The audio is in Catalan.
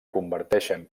converteixen